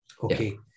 Okay